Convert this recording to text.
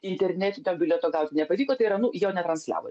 internetinio bilieto gauti nepavyko tai yra nu jo netransliavo